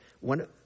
One